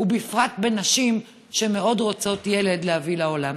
ובפרט בנשים שמאוד רוצות להביא ילד לעולם.